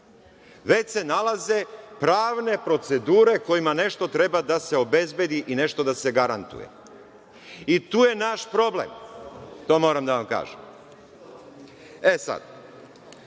već se nalaze pravne procedure kojima nešto treba da se obezbedi i nešto da se garantuje. Tu je naš problem. To moram da vam kažem. Podneli